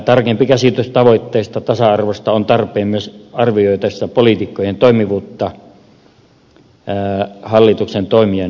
tarkempi käsitys tavoitellusta tasa arvosta on tarpeen myös arvioitaessa politiikkojen toimivuutta ja hallituksen toimien onnistumista